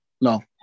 No